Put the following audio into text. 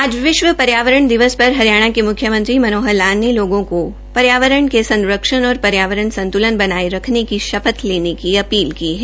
आज विश्व पर्यावरण दिवस पर हरियाणा के मुख्यमंत्री मनोहर लाल ने लोगों को पर्यावरण के संरक्षण और पर्यावरण संतुलन बनाये रखने की शपथ लेने की अपील की है